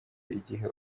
igihe